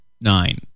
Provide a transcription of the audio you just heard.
nine